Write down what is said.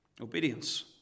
Obedience